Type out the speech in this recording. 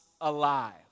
alive